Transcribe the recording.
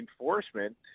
enforcement